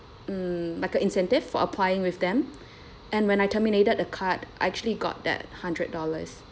um like a incentive for applying with them and when I terminated the card I actually got that hundred dollars